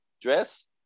dress